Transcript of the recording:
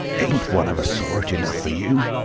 ain't one of a sort enough for you?